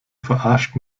verarscht